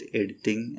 editing